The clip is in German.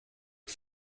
ein